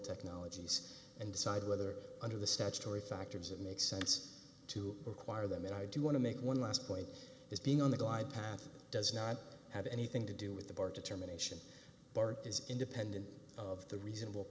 technologies and decide whether under the statutory factors that make sense to require them and i do want to make one last point is being on the glide path does not have anything to do with the bar determination is independent of the reasonable